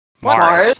Mars